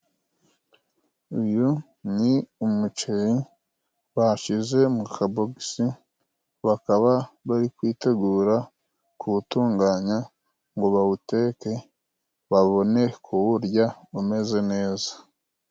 Uyu ni umuceri bashize mu kabogisi bakaba bari kwitegura kuwutunganya ngo bawuteke babone kuwurya umeze neza.